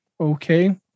Okay